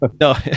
no